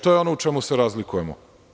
To je ono u čemu se razlikujemo.